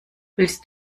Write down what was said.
willst